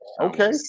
Okay